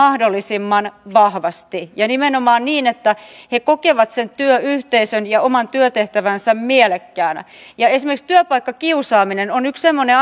mahdollisimman vahvasti ja nimenomaan niin että he kokevat sen työyhteisön ja oman työtehtävänsä mielekkäänä ja esimerkiksi työpaikkakiusaaminen on yksi semmoinen